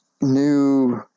new